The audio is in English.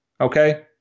okay